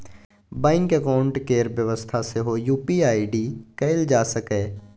bank account केर बेबस्था सेहो यु.पी.आइ आइ.डी कएल जा सकैए